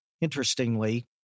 Interestingly